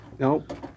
Nope